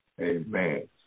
Amen